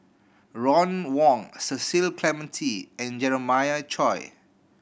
Ron Wong Cecil Clementi and Jeremiah Choy